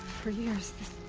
for years, this.